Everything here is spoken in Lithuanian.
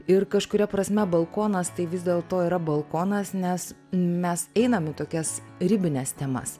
ir kažkuria prasme balkonas tai vis dėlto yra balkonas nes mes einam į tokias ribines temas